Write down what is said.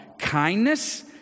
kindness